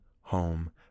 home